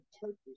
purpose